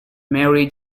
mary